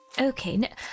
Okay